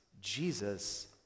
Jesus